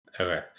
Okay